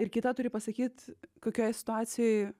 ir kita turi pasakyt kokioje situacijoj